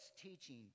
teaching